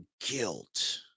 guilt